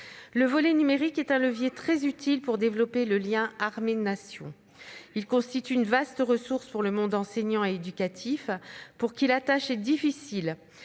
Le volet numérique est un levier très utile pour développer le lien armées-Nation ; il représente une vaste ressource pour le monde enseignant et éducatif, pour qui la tâche est difficile